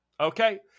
Okay